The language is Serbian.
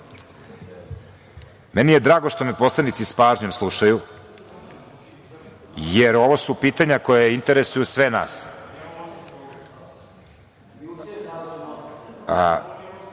je drago što me poslanici s pažnjom slušaju, jer ovo su pitanja koja interesuju sve